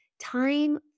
time